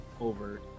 over